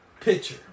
Picture